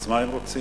אז מה הם רוצים?